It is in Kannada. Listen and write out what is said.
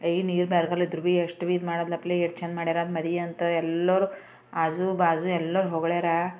ಈ ನೀರು ಬರಗಾಲ ಇದ್ರು ಬೀ ಎಷ್ಟು ಬಿ ಇದು ಮಾಡದಿಲ್ಲನ್ನತ್ತಲೇ ಚೆಂದ ಮಾಡ್ಯಾರ ಮದುವೆ ಅಂತ ಎಲ್ಲರೂ ಆಜೂಬಾಜೂ ಎಲ್ಲರೂ ಹೊಗಳ್ಯಾರ